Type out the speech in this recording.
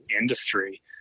industry